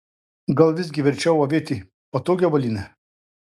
gal visgi verčiau avėti patogią avalynę